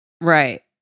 Right